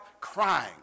crying